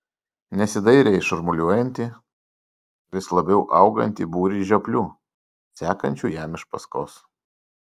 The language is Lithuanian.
nesidairė į šurmuliuojantį vis labiau augantį būrį žioplių sekančių jam iš paskos